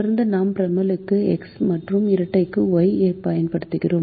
தொடர்ந்து நாம் ப்ரிமலுக்கு எக்ஸ் மற்றும் இரட்டைக்கு ஒய் பயன்படுத்துகிறோம்